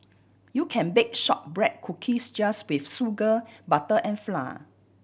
you can bake shortbread cookies just with sugar butter and flour